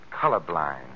colorblind